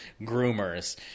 groomers